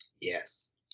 yes